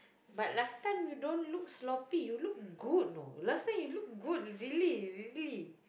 but last time you don't look sloppy you look good know last time you look good really really